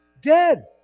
dead